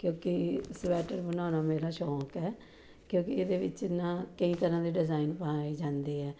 ਕਿਉਂਕਿ ਸਵੈਟਰ ਬਣਾਉਣਾ ਮੇਰਾ ਸ਼ੌਕ ਹੈ ਕਿਉਂਕਿ ਇਹਦੇ ਵਿੱਚ ਨਾ ਕਈ ਤਰ੍ਹਾਂ ਦੇ ਡਿਜ਼ਾਈਨ ਪਾਏ ਜਾਂਦੇ ਆ